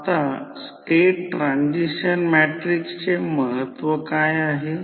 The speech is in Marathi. तर I2 K I1 I1 3 ampere दिले आहे